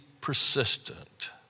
persistent